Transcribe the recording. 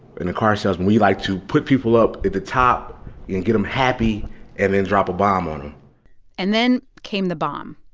in a car salesman, we like to put people up at the top and get them happy and then drop a bomb on them and then came the bomb.